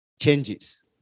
changes